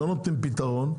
לא נותנים פתרון,